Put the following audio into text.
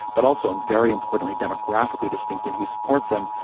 but also and very importantly, demographically distinct. and who supports them.